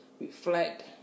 reflect